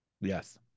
Yes